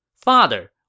Father